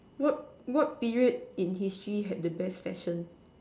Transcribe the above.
what what period in history had the best fashion